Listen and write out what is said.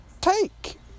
take